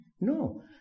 No